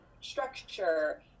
structure